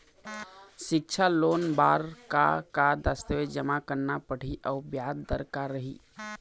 सिक्छा लोन बार का का दस्तावेज जमा करना पढ़ही अउ ब्याज दर का रही?